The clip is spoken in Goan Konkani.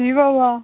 शी बाबा